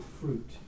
fruit